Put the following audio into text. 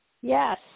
Yes